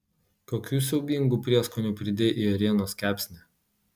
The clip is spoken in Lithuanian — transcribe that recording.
kokių siaubingų prieskonių pridėjai į ėrienos kepsnį